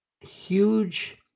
Huge